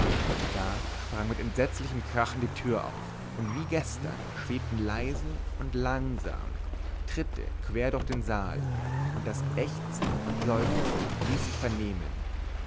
da sprang mit entsetzlichem krachen die tür auf und wie gestern schwebten leise und langsam tritte quer durch den saal und das ächzen und seufzen ließ sich vernehmen